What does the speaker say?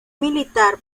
militar